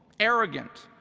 arrogant,